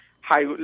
high